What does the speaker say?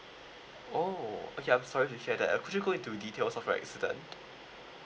oh okay I'm sorry to hear that uh could you go into details of your accident